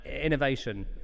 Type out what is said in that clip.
innovation